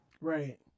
Right